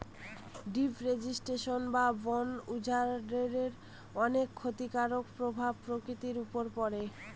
deforestation বা বন উজাড়ের অনেক ক্ষতিকারক প্রভাব প্রকৃতির উপর পড়ে